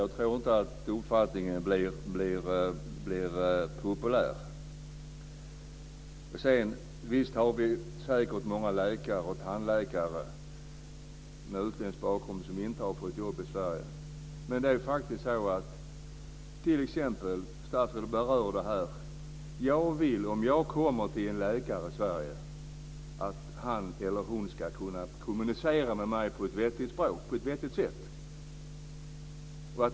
Jag tror inte att uppfattningen blir populär. Visst har vi säkert många läkare och tandläkare med utländsk bakgrund som inte har fått jobb i Sverige. När jag går till en läkare i Sverige vill jag att han eller hon kan kommunicera med mig på ett vettigt sätt.